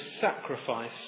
sacrifice